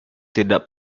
tidak